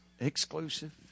exclusive